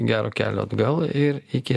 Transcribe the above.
gero kelio atgal ir iki